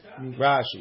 Rashi